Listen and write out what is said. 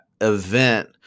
event